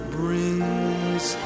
brings